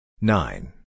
Nine